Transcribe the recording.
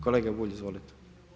Kolega Bulj, izvolite.